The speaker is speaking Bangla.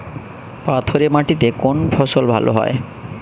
পাথরে মাটিতে কোন ফসল ভালো হয়?